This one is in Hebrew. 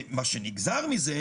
מה שנגזר מזה